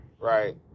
right